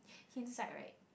hint side right